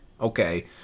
okay